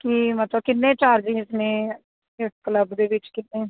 ਕੀ ਮਤਲਬ ਕਿੰਨੇ ਚਾਰਜਸ ਨੇ ਇਸ ਕਲੱਬ ਦੇ ਵਿੱਚ ਕਿੰਨੇ